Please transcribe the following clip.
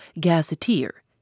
gazetteer